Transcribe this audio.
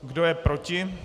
Kdo je proti?